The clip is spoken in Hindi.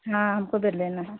हाँ हमको बेड लेना है